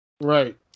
Right